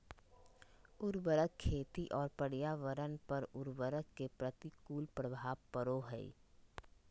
उर्वरक खेती और पर्यावरण पर उर्वरक के प्रतिकूल प्रभाव पड़ो हइ